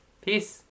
Peace